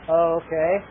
okay